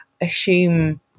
assume